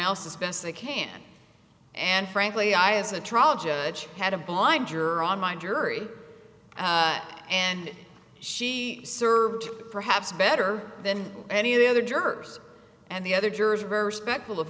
else as best they can and frankly i as a trial judge had a blind ger on my jury and she served perhaps better than any other jerks and the other jurors are very respectful of